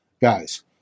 guys